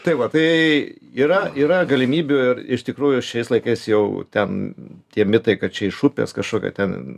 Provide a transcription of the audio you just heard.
tai va tai yra yra galimybių ir iš tikrųjų šiais laikais jau ten tie mitai kad čia iš upės kažkokie ten